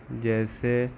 جیسے